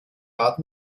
art